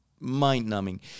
mind-numbing